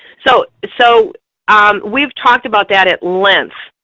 so so um we've talked about that at length,